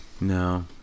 No